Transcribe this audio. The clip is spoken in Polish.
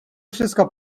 wszystko